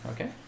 okay